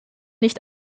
nicht